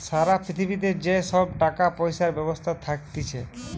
সারা পৃথিবীতে যে সব টাকা পয়সার ব্যবস্থা থাকতিছে